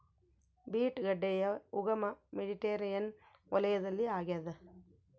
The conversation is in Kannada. ಬೀಟ್ ಗಡ್ಡೆಯ ಉಗಮ ಮೆಡಿಟೇರಿಯನ್ ವಲಯದಲ್ಲಿ ಆಗ್ಯಾದ